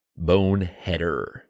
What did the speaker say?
Boneheader